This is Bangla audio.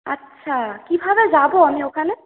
আচ্ছা কী ভাবে যাব আমি ওখানে